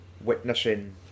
witnessing